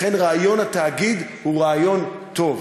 לכן רעיון התאגיד הוא רעיון טוב.